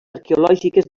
arqueològiques